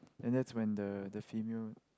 and that's when the the female